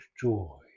joy